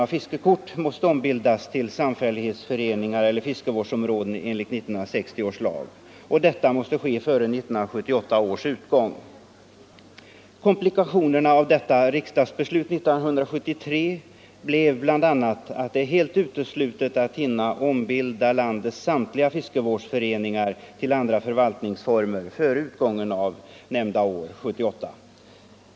Komplikationerna av detta riksdagsbeslut 1973 blev bl.a. att det är helt uteslutet att hinna ombilda landets samtliga fiskevårdsföreningar till andra förvaltningsformer före utgången av 1978.